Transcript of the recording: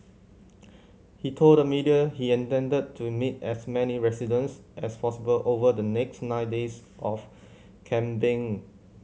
he told the media he intended to meet as many residents as possible over the next nine days of campaigning